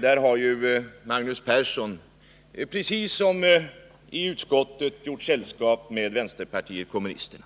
Där har Magnus Persson precis som i utskottet gjort sällskap med vänsterpartiet kommunisterna.